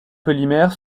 polymères